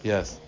Yes